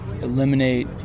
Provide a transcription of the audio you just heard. eliminate